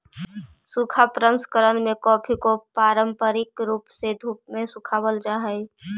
सूखा प्रसंकरण में कॉफी को पारंपरिक रूप से धूप में सुखावाल जा हई